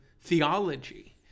theology